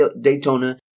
Daytona